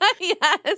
Yes